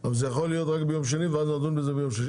אבל זה יכול להיות רק ביום שני ואז נדון בזה ביום שלישי.